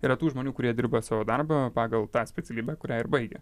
yra tų žmonių kurie dirba savo darbą pagal tą specialybę kurią ir baigia